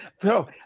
Bro